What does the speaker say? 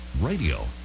radio